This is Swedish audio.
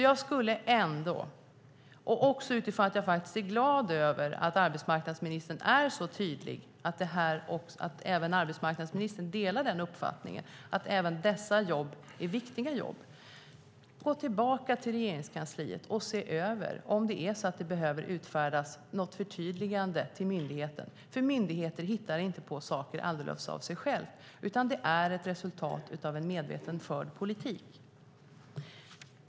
Jag skulle ändå när arbetsmarknadsministern är så tydlig vilja säga att jag faktiskt är glad över att även arbetsmarknadsministern delar uppfattningen att också dessa jobb är viktiga jobb. Gå tillbaka till Regeringskansliet och se över om det är så att det behöver utfärdas något förtydligande till myndigheten, för myndigheter hittar inte på saker alldeles av sig själva. Det är ett resultat av en medvetet förd politik.